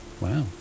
wow